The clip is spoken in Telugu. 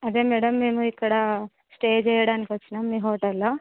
అదే మ్యాడమ్ మేము ఇక్కడ స్టే చేయడానికి వచ్చినాము మీ హోటల్ లో